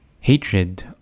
hatred